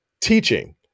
teaching